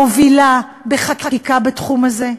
מובילה בחקיקה בתחום הזה,